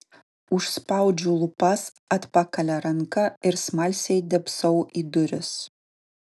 užspaudžiu lūpas atpakalia ranka ir smalsiai dėbsau į duris